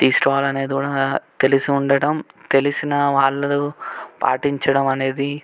తీసుకోవాలనేది కూడా తెలిసి ఉండటం తెలిసినా వాళ్ళు పాటించడం అనేది